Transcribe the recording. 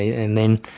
and then